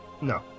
No